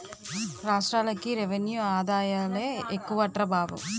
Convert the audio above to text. రాష్ట్రాలకి రెవెన్యూ ఆదాయాలే ఎక్కువట్రా బాబు